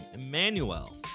Emmanuel